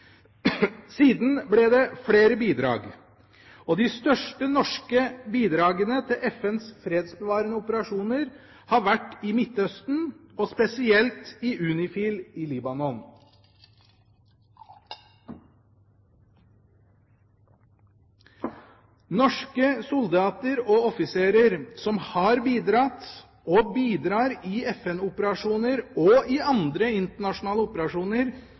Siden ble det flere bidrag, og de største norske bidragene til FNs fredsbevarende operasjoner har vært i Midtøsten, og spesielt i UNIFIL i Libanon. Norske soldater og offiserer som har bidratt, og bidrar, i FN-operasjoner og i andre internasjonale operasjoner,